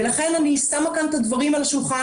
ולכן אני שמה כאן את הדברים על השולחן.